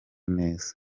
neza